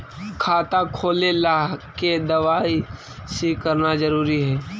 खाता खोले ला के दवाई सी करना जरूरी है?